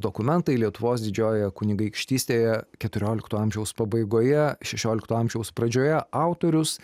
dokumentai lietuvos didžiojoje kunigaikštystėje keturiolikto amžiaus pabaigoje šešiolikto amžiaus pradžioje autorius